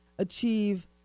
achieve